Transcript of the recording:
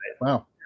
Wow